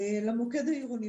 למוקד העירוני,